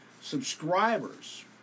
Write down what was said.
subscribers